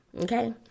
okay